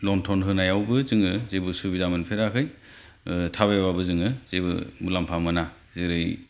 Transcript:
ल'न थन होनायावबो जोङो जेबो सुबिदा मोनफेराखै थाबायबाबो जोङो जेबो मुलाम्फा मोना जेरै